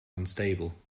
unstable